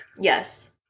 Yes